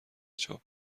چاپ